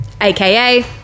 aka